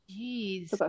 Jeez